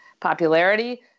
popularity